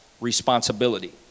responsibility